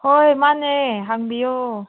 ꯍꯣꯏ ꯃꯥꯟꯅꯦ ꯍꯪꯕꯤꯌꯣ